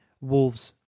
Wolves